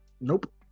Nope